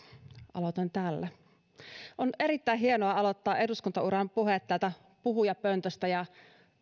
aloitan tällä on erittäin hienoa aloittaa eduskuntauran puhe täältä puhujapöntöstä ja